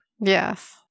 Yes